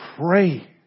pray